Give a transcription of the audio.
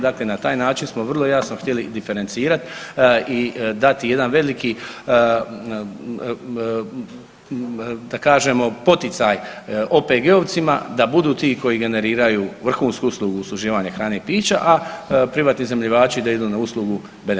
Dakle, na taj način smo vrlo jasno htjeli diferencirat i dati jedan veliki da kažemo poticaj OPG-ovcima da budu ti koji generiraju vrhunsku uslugu usluživanja hrane i pića, a privatni iznajmljivači da idu na uslugu bed and breakfast.